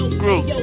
group